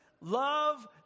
Love